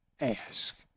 ask